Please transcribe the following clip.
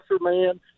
man